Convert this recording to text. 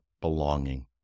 belonging